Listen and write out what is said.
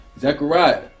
zechariah